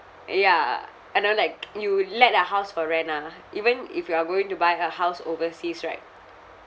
ya I know like you let the house for rent ah even if you are going to buy a house overseas right